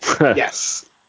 Yes